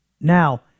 now